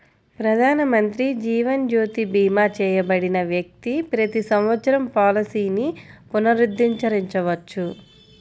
ప్రధానమంత్రి జీవన్ జ్యోతి భీమా చేయబడిన వ్యక్తి ప్రతి సంవత్సరం పాలసీని పునరుద్ధరించవచ్చు